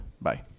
Bye